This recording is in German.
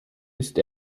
ist